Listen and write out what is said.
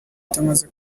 atarangije